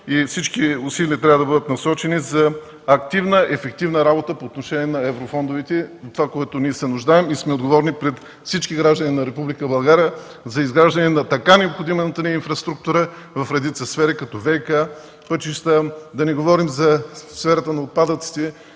и всички усилия трябва да бъдат насочени за активна ефективна работа по отношение на еврофондовете. Това е, от което се нуждаем. Ние сме отговорни пред всички граждани на Република България за изграждане на така необходимата ни инфраструктура в редица сфери като ВиК, пътища, да не говорим за сферата на отпадъците